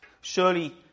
surely